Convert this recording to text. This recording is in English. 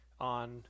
on